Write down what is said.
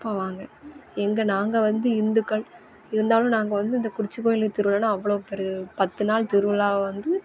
போவாங்க எங்கே நாங்கள் வந்து இந்துக்கள் இருந்தாலும் நாங்கள் வந்து இந்த குறிச்சி கோயில் திருவிழான்னா அவ்வளோ பேரு பத்து நாள் திருவிழாவ வந்து